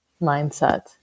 mindset